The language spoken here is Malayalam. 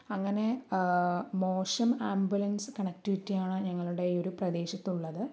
അങ്ങനെ മോശം ആംബുലൻസ് കണക്റ്റിവിറ്റി ആണ് ഞങ്ങളുടെ ഈ ഒരു പ്രദേശത്തുള്ളത്